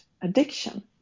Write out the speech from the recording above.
addiction